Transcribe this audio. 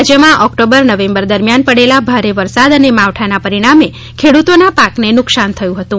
રાજ્યમાં ઓકટોબરનવેમ્બર દરમિયાન પડેલા ભારે વરસાદ અને માવઠાના પરિણામે ખેડૂતોના પાકને નુકશાન થયું હતું